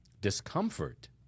discomfort